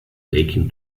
akin